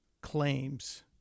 claims